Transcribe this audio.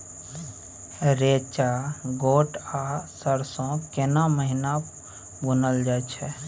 रेचा, गोट आ सरसो केना महिना बुनल जाय छै?